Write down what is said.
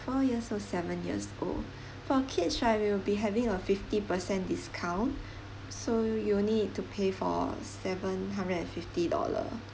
four years old seven years old for kids right we will be having a fifty percent discount so you only need to pay for seven hundred and fifty dollar